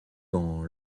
dans